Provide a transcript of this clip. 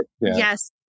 yes